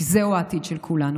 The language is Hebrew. כי זהו העתיד של כולנו.